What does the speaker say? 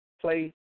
play